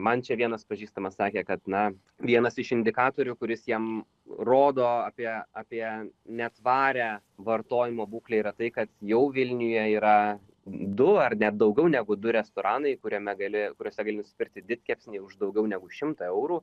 man čia vienas pažįstamas sakė kad na vienas iš indikatorių kuris jam rodo apie apie netvarią vartojimo būklę yra tai kad jau vilniuje yra du ar net daugiau negu du restoranai kuriame gali kuriuose gali nusipirkti didkepsnį už daugiau negu šimtą eurų